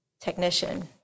technician